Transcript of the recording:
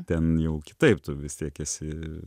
ten jau kitaip tu vis tiek esi